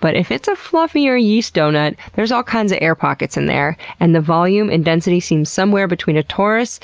but if it's a fluffier yeast donut, there's all kinds of air pockets in there and the volume and density seems somewhere between a torus